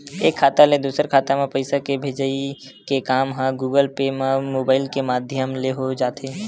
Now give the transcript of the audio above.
एक खाता ले दूसर खाता म पइसा के भेजई के काम ह गुगल पे म मुबाइल के माधियम ले हो जाथे